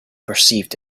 perceived